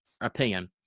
opinion